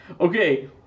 okay